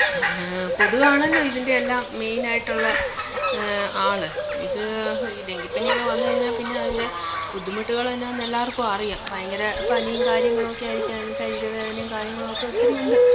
കൊതുകാണല്ലോ ഇതിന്റെ എല്ലാം മെയിനായിട്ടുള്ള ആള് ഇത് ഈ ഡെങ്കിപ്പനിയെക്കെ വന്ന് കഴിഞ്ഞാൽ പിന്നെ അതിന്റെ ബുദ്ധിമുട്ടുകൾ എന്താണെന്ന് എല്ലാവര്ക്കുമറിയാം ഭയങ്കര പനിയും കാര്യങ്ങളോക്കെ ആയിരിക്കാം അതിന് ശരീര വേദനയും കാര്യങ്ങളും ഒക്കെ ഒത്തിരിയുണ്ട്